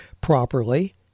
properly